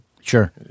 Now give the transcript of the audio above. sure